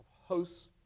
hosts